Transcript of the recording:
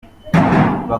bakongera